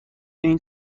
این